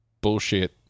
bullshit